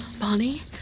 Bonnie